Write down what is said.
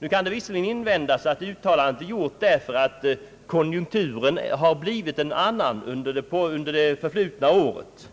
Nu kan det visserligen invändas att uttalandet gjorts därför att konjunkturen har blivit en annan under det förflutna året,